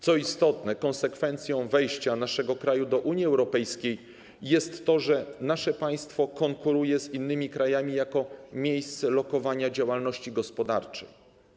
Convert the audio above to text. Co istotne, konsekwencją wejścia naszego kraju do Unii Europejskiej jest to, że nasze państwo konkuruje z innymi krajami jako miejsce lokowania działalności gospodarczej.